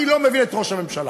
אני לא מבין את ראש הממשלה,